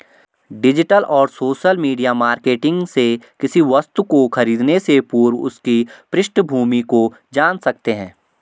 digital और social media marketing से किसी वस्तु को खरीदने से पूर्व उसकी पृष्ठभूमि को जान सकते है